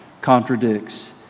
contradicts